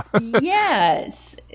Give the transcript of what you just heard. Yes